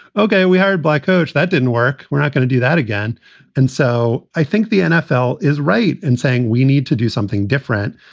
ok, we heard by coach. that didn't work. we're not going to do that again and so i think the nfl is right in saying we need to do something different.